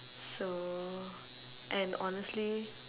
so and honestly